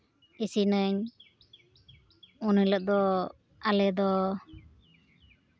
ᱤᱥᱤᱱᱟᱹᱧ ᱩᱱ ᱦᱤᱞᱳᱜ ᱫᱚ ᱟᱞᱮ ᱫᱚ